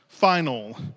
Final